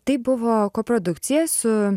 tai buvo koprodukcija su